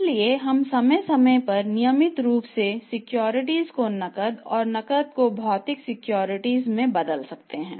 इसलिए हम समय समय पर नियमित रूप से सिक्योरिटीज को नकद और नकद में भौतिक सिक्योरिटीज में बदल सकते हैं